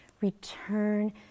Return